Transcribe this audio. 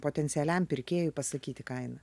potencialiam pirkėjui pasakyti kainą